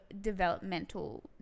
developmental